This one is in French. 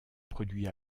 produit